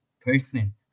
person